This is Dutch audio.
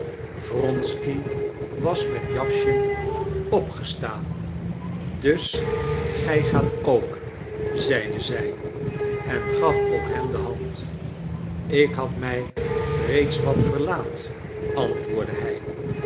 wronsky was met jawschin opgestaan dus gij gaat ook zeide zij en gaf ook hem de hand ik had mij reeds wat verlaat antwoordde hij